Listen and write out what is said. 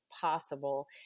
possible